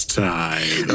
time